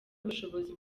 ubushobozi